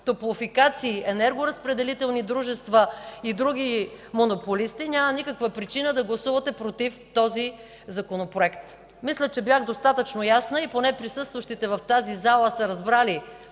топлофикации, енергоразпределителни дружества и други монополисти, няма никаква причина да гласувате против този Законопроект. Мисля, че бях достатъчно ясна и поне присъстващите в тази зала са разбрали